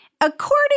According